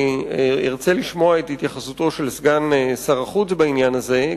אני ארצה לשמוע את התייחסותו של סגן שר החוץ בעניין הזה,